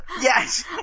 yes